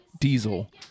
diesel